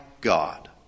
God